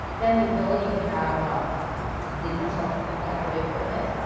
then the ability to have um the personal protective equipment,